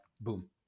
boom